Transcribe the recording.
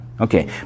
Okay